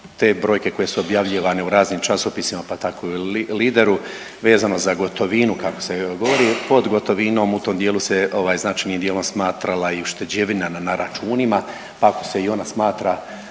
te brojke koje su objavljivane u raznim časopisima pa tako i u Lideru vezano za gotovinu kako se govori, pod gotovinom u tom dijelu se značajnim dijelom smatrala i ušteđevina na računima. Ako se i ona smatra